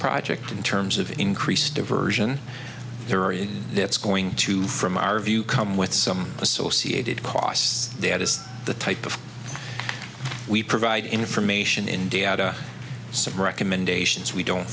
project in terms of increased diversion there are that's going to from our view come with some associated costs that is the type of we provide information in day out some recommendations we don't